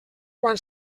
quan